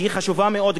שהיא חשובה מאוד,